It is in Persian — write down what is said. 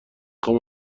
خوام